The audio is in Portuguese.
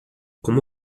como